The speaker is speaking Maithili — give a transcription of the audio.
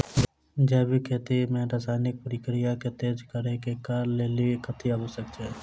जैविक खेती मे रासायनिक प्रक्रिया केँ तेज करै केँ कऽ लेल कथी आवश्यक छै?